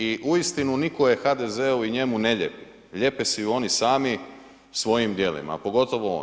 I uistinu nitko je HDZ-u i njemu ne lijepi, lijepe si ju oni sami svojim djelima a pogotovo on.